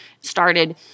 started